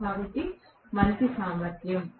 కాబట్టి మంచి సామర్థ్యం